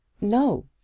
No